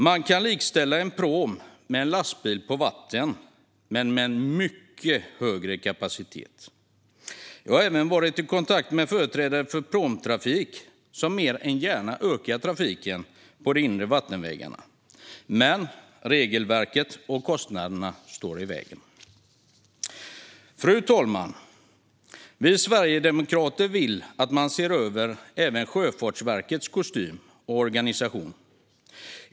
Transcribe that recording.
Man kan likställa en pråm med en lastbil på vatten, men den har mycket högre kapacitet. Jag har också varit i kontakt med företrädare för pråmtrafiken, och de ökar mer än gärna trafiken på de inre vattenvägarna. Regelverket och kostnaderna står dock i vägen. Fru talman! Vi sverigedemokrater vill att man ser över Sjöfartsverkets kostym och organisationen.